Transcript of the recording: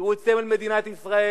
תראו את סמל מדינת ישראל,